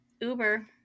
Uber